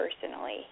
personally